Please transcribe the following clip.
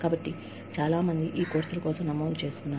కాబట్టి చాలా మందికి ఈ కోర్సులు ఉన్నాయి